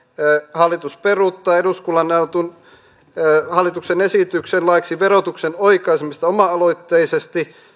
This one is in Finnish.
hallitus peruuttaa eduskunnalle annetun hallituksen esityksen laiksi verotuksen oikaisemisesta oma aloitteisesti